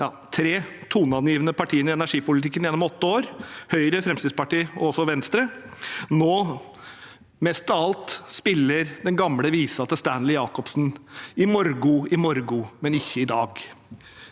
to–tre toneangivende partiene i energipolitikken gjennom åtte år, Høyre, Fremskrittspartiet og også Venstre, nå mest av alt spiller den gamle visa til Stanley Jacobsen: «I morgon, i morgon, men ikkje i dag.»